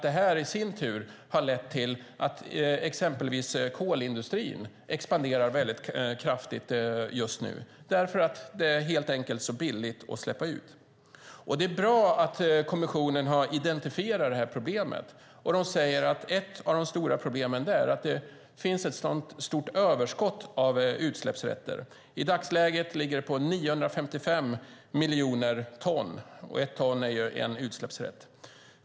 Det har i sin tur lett till att exempelvis kolindustrin expanderar kraftigt just nu; det är helt enkelt så billigt att släppa ut. Det är bra att kommissionen har identifierat problemen. Man säger att ett av de stora problemen är att det finns ett så stort överskott på utsläppsrätter. I dagsläget ligger det på 955 miljoner ton - ett ton är en utsläppsrätt.